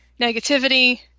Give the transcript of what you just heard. negativity